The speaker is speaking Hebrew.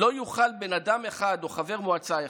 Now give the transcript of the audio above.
לא יוכל בן אדם אחד או חבר מועצה אחד,